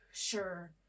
sure